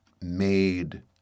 made